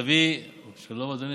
שלום אדוני,